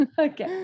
Okay